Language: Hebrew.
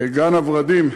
גן-הוורדים,